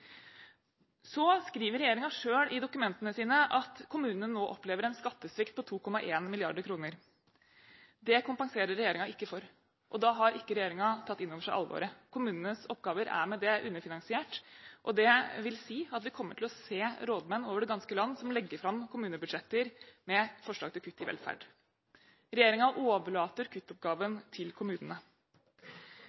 Så skriver regjeringen selv i dokumentene sine at kommunene nå opplever en skattesvikt på 2,1 mrd. kr. Det kompenserer regjeringen ikke for, og da har ikke regjeringen tatt inn over seg alvoret. Kommunenes oppgaver er med det underfinansiert. Det vil si at vi kommer til å se rådmenn over det ganske land som legger fram kommunebudsjetter med forslag til kutt i velferd. Regjeringen overlater kuttoppgaven